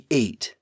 eight